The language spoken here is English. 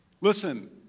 listen